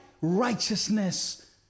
righteousness